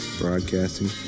Broadcasting